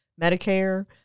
Medicare